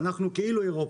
אנחנו כאילו אירופה,